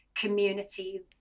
community